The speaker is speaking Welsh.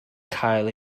cael